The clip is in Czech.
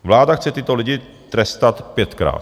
Vláda chce tyto lidi trestat pětkrát.